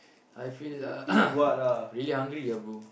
I feel uh really hungry ah bro